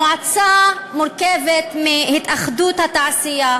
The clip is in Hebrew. המועצה מורכבת מהתאחדות התעשיינים,